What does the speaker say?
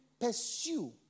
pursue